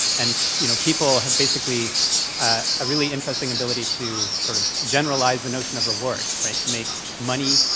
and you know people have basically a really interesting ability to sort of generalize the notion of reward, right? to make money,